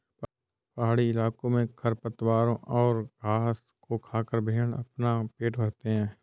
पहाड़ी इलाकों में खरपतवारों और घास को खाकर भेंड़ अपना पेट भरते हैं